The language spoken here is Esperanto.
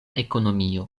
ekonomio